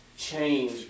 Change